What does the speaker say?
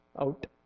out